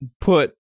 put